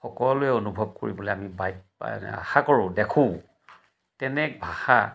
সকলোৱে অনুভৱ কৰিবলৈ আমি বাইক আশা কৰোঁ দেখোঁ তেনে ভাষা